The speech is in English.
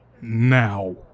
now